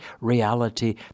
reality